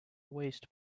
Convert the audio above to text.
waste